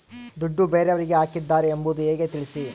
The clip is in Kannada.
ದುಡ್ಡು ಬೇರೆಯವರಿಗೆ ಹಾಕಿದ್ದಾರೆ ಎಂಬುದು ಹೇಗೆ ತಿಳಿಸಿ?